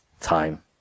time